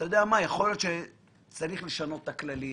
אז יכול להיות שצריך לשנות את הכללים,